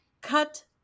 cut